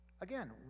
Again